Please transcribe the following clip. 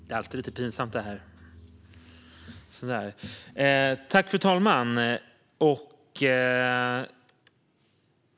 Fru talman!